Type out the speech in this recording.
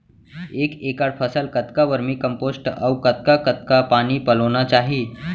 एक एकड़ फसल कतका वर्मीकम्पोस्ट अऊ कतका कतका पानी पलोना चाही?